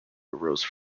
arose